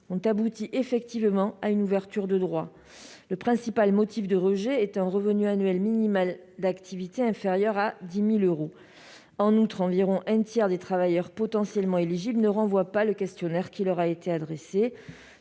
ont abouti effectivement à une ouverture de droits. Le principal motif de rejet est un revenu annuel minimal d'activité inférieur à 10 000 euros. En outre, environ un tiers des travailleurs potentiellement éligibles ne renvoie pas le questionnaire qui leur a été adressé.